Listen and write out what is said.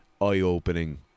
eye-opening